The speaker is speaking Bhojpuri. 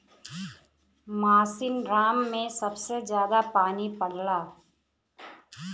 मासिनराम में सबसे जादा पानी पड़ला